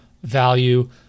value